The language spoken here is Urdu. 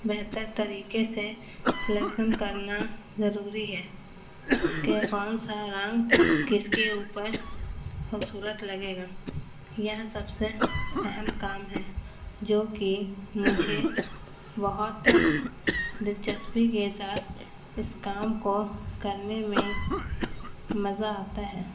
بہتر طریقے سے سلیکشن کرنا ضروری ہے کہ کون سا رنگ کس کے اوپر خوبصورت لگے گا یہ سب سے اہم کام ہے جو کہ مجھے بہت دلچسپی کے ساتھ اس کام کو کرنے میں مزہ آتا ہے